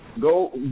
Go